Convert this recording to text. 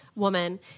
woman